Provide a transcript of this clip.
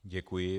Děkuji.